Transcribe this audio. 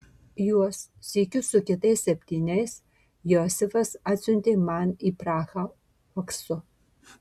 juos sykiu su kitais septyniais josifas atsiuntė man į prahą faksu